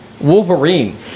wolverine